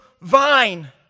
vine